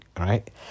Right